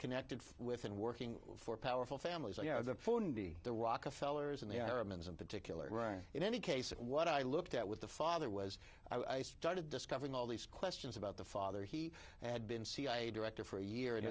connected with and working for powerful families you know the the rockefeller's and their amends in particular and in any case what i looked at with the father was i started discovering all these questions about the father he had been cia director for a year and